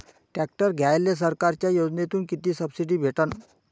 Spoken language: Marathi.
ट्रॅक्टर घ्यायले सरकारच्या योजनेतून किती सबसिडी भेटन?